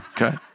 Okay